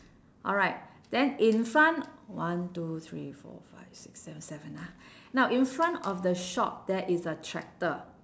alright then in front one two three four five six seven seven ah now in front of the shop there is a tractor